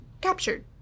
captured